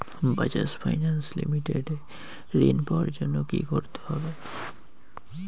Bajaj finance limited এ ঋন পাওয়ার জন্য কি করতে হবে?